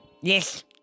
Yes